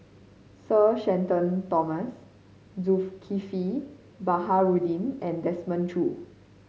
Sir Shenton Thomas Zulkifli Baharudin and Desmond Choo